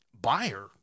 buyer